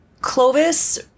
Clovis